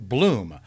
Bloom